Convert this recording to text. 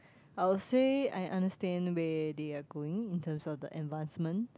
I'll say I understand where they are going in terms of the advancement